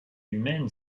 humaine